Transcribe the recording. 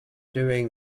doing